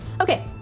Okay